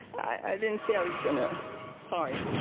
i didn't say i was going to sorry.